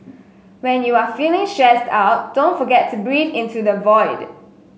when you are feeling stressed out don't forget to breathe into the void